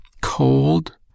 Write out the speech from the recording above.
cold